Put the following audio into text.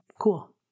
cool